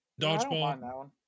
Dodgeball